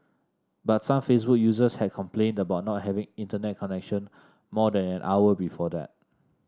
but some Facebook users had complained about not having Internet connection more than an hour before that